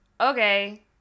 okay